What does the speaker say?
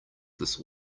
this